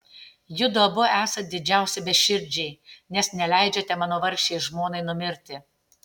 judu abu esat didžiausi beširdžiai nes neleidžiate mano vargšei žmonai numirti